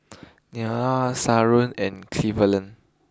Lelar Sharron and Cleveland